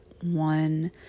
one